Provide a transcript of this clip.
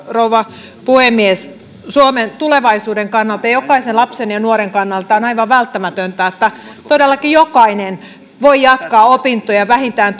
rouva puhemies suomen tulevaisuuden kannalta ja jokaisen lapsen ja nuoren kannalta on aivan välttämätöntä että todellakin jokainen voi jatkaa opintoja vähintään